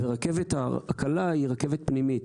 והרכבת הקלה היא רכבת פנימית,